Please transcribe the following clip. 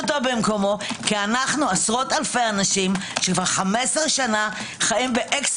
אותו במקומו כי אנו עשרות אלפי אנשים ש-15 שנה חיים באקס